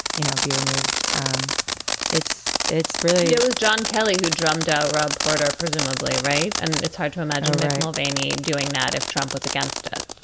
you know, be removed and it's it's it's really it was john kelly who drummed out rob porter, presumably. right. and it's hard to imagine miss mulvany doing that if trump was against it.